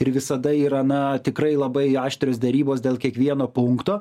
ir visada yra na tikrai labai aštrios derybos dėl kiekvieno punkto